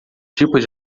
tipos